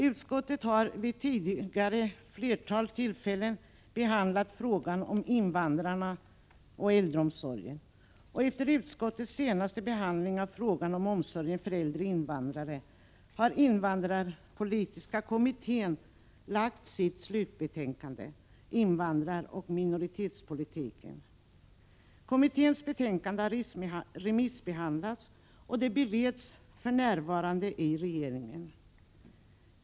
Utskottet har tidigare vid ett flertal tillfällen behandlat frågan om invandrarna och äldreomsorgen. Efter utskottets senaste behandling av frågan om omsorgen för äldre invandrare har invandrarpolitiska kommittén lagt fram sitt slutbetänkande Invandraroch minoritetspolitiken. Kommitténs betänkande har remissbehandlats och bereds för närvarande inom regeringen.